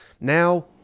Now